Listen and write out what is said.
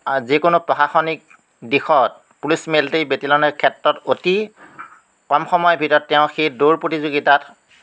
যিকোনো প্ৰশাসনিক দিশত পুলিচ মিলিটেৰি বেতিলনৰ ক্ষেত্ৰত অতি কম সময়ৰ ভিতৰত তেওঁ সেই দৌৰ প্ৰতিযোগিতাত